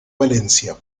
valencia